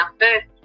first